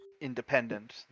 independent